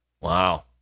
Wow